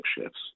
shifts